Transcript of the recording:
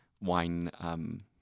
wine